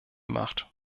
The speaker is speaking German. macht